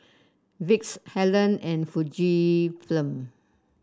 Vicks Helen and Fujifilm